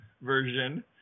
version